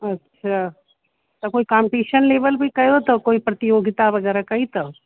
अच्छा त कोई कामिटिशन लेवल हि कयो इथव कोई प्रतियोगिता वगै़रह कई अथव